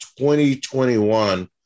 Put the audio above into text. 2021